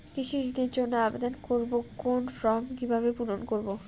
কৃষি ঋণের জন্য আবেদন করব কোন ফর্ম কিভাবে পূরণ করব?